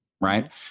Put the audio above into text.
right